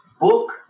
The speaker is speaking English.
book